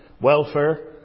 welfare